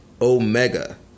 Omega